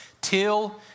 Till